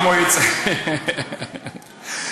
ראש הממשלה יכול לקחת גם,